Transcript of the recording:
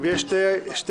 ויש שתי הצבעות.